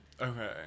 Okay